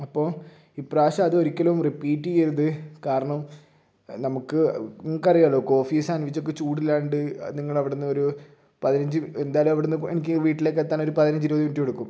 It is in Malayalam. അപ്പോൾ ഈ പ്രാവശ്യം അത് ഒരിക്കലും റിപീറ്റ് ചെയ്യരുത് കാരണം നമുക്ക് നിങ്ങൾക്ക് അറിയാമല്ലോ കോഫി സാൻവിച്ച് ഒക്കെ ചൂടില്ലാണ്ട് നിങ്ങൾ അവിടെനിന്ന് ഒരു പതിനഞ്ച് എന്തായാലും അവിടെനിന്ന് എനിക്ക് വീട്ടിലേക്ക് എത്താൻ ഒരു പതിനഞ്ച് ഇരുപത് മിനിറ്റ് എടുക്കും